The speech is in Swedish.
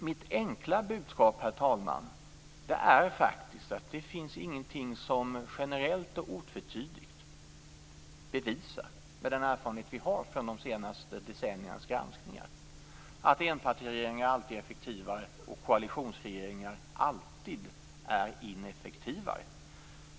Mitt enkla budskap, herr talman, är faktiskt att det inte finns någonting som generellt och otvetydigt bevisar, med den erfarenhet som vi har från de senaste decenniernas granskningar, att enpartiregeringar alltid är effektivare och att koalitionsregeringar alltid är ineffektivare.